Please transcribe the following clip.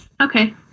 Okay